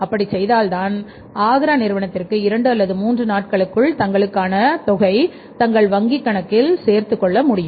அப்படி செய்தால்தான் ஆக்ரா நிறுவனத்திற்கு இரண்டு அல்லது மூன்று நாட்களுக்குள் தங்களுக்கான தொகையை தங்கள் வங்கிக் கணக்கில் சேர்த்துக் கொள்ள முடியும்